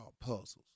puzzles